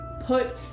put